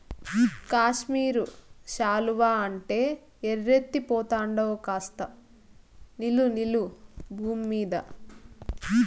కాశ్మీరు శాలువా అంటే ఎర్రెత్తి పోతండావు కాస్త నిలు నిలు బూమ్మీద